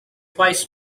twice